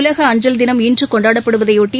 உலக அஞ்சல் தினம் இன்று கொண்டாடப்படுவதையொட்டி